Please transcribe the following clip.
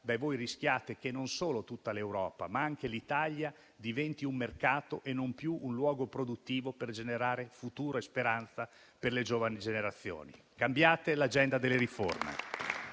voi rischiate che non solo tutta l'Europa, ma anche l'Italia, diventi un mercato e non più un luogo produttivo per generare futuro e speranza per le giovani generazioni. Cambiate l'agenda delle riforme.